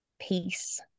peace